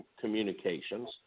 communications